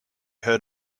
heard